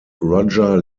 roger